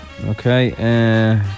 Okay